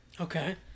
Okay